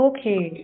Okay